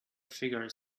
figure